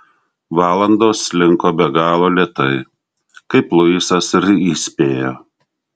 valandos slinko be galo lėtai kaip luisas ir įspėjo